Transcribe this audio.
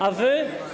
A wy?